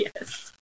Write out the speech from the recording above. Yes